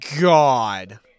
god